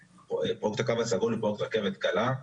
--- פרויקט הקו הסגול הוא פרויקט רכבת קלה,